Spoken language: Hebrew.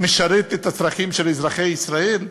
משרת את הצרכים של אזרחי ישראל?